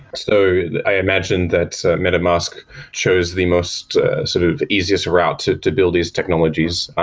so i imagine that metamask shows the most sort of easiest route to to build these technologies,